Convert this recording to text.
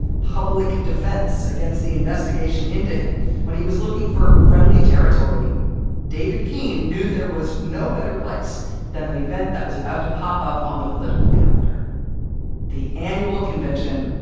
public defense against the investigation into him when he was looking for friendly territory david keene knew there was no better place than an event that was about to pop up on the political calendar the annual convention.